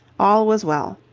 all was well.